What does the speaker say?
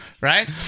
Right